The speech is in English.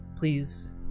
Please